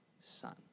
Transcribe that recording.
son